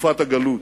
בתקופת הגלות.